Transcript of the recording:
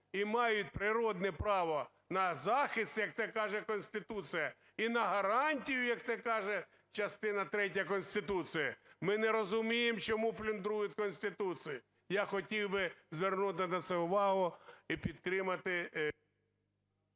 і мають природне право на захист, як це каже Конституція, і на гарантію, як це каже частина третя Конституції. Ми не розуміємо, чому плюндрують Конституцію. Я хотів би звернути на це увагу і підтримати…